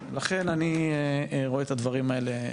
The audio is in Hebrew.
לכן אני רואה את הדברים האלה,